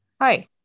Hi